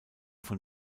von